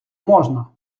можна